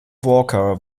walker